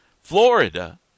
Florida